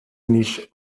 nicht